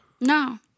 No